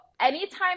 anytime